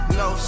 no